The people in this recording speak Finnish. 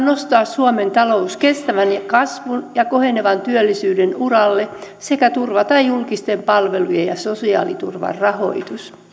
nostaa suomen talous kestävän kasvun ja kohenevan työllisyyden uralle sekä turvata julkisten palvelujen ja sosiaaliturvan rahoitus